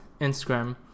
Instagram